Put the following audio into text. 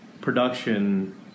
production